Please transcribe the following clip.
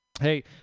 Hey